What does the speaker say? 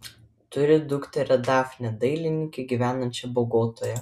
turi dukterį dafnę dailininkę gyvenančią bogotoje